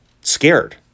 scared